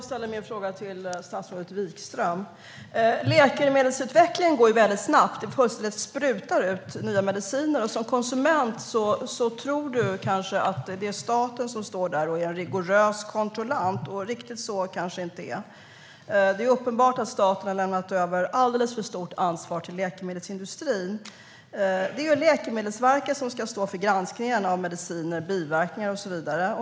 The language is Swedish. Herr talman! Läkemedelsutvecklingen går väldigt snabbt; det fullständigt sprutar ut nya mediciner. Som konsument tror man kanske att det är staten som står där och är en rigorös kontrollant, men riktigt så är det inte. Det är uppenbart att staten har lämnat över ett alldeles för stort ansvar till läkemedelsindustrin. Det är Läkemedelsverket som ska stå för granskningen av mediciner, biverkningar och så vidare.